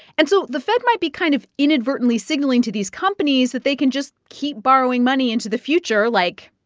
and so the fed might be kind of inadvertently signaling to these companies that they can just keep borrowing money into the future, like,